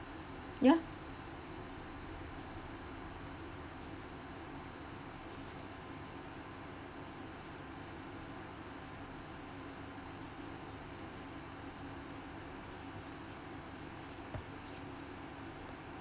ya